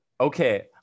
Okay